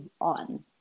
on